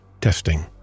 testing